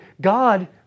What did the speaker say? God